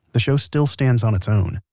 the show still stands on its own.